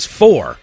four